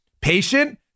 patient